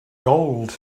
gold